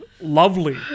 lovely